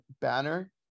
banner